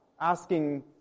asking